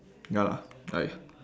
ya lah like